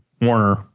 Warner